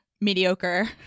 mediocre